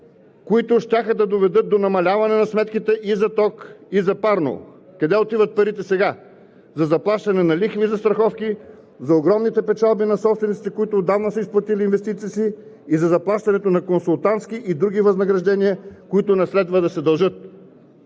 които щяха да доведат до намаляване на сметките и за ток, и за парно. Къде отиват парите сега? За заплащане на лихви и застраховки, за огромните печалби на собствениците, които отдавна са изплатили инвестициите си, и за заплащането на консултантски и други възнаграждения, които не следва да се дължат.